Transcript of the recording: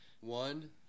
One